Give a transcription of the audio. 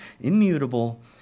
immutable